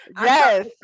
Yes